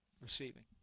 Receiving